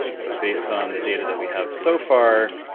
so based on the data that we have so far,